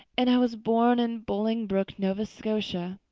and i was born in bolingbroke, nova scotia.